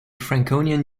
franconian